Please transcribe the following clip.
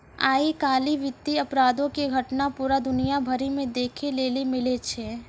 आइ काल्हि वित्तीय अपराधो के घटना पूरा दुनिया भरि मे देखै लेली मिलै छै